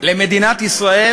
למדינת ישראל